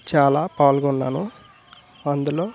చాలా పాల్గొన్నాను అందులో